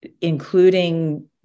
including